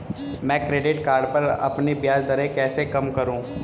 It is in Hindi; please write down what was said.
मैं क्रेडिट कार्ड पर अपनी ब्याज दरें कैसे कम करूँ?